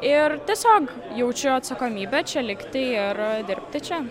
ir tiesiog jaučiu atsakomybę čia likti ir dirbti čia